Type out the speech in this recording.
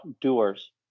doers